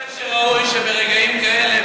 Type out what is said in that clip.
אני חושב שראוי שברגעים כאלה,